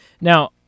Now